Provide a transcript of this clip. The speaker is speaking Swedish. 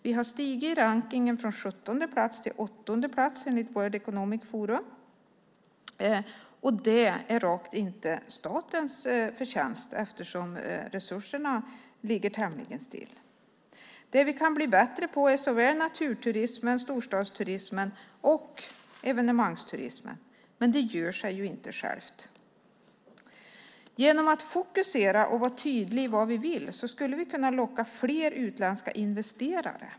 Vi har stigit i rankningen från 17:e till 8:e plats enligt World Economic Forum, men det är då rakt inte statens förtjänst eftersom resurserna ligger tämligen still. Det vi kan bli bättre på är såväl naturturismen som storstadsturismen och evenemangsturismen, men det gör sig inte självt. Genom att fokusera och vara tydliga med vad vi vill skulle vi kunna locka fler utländska investerare.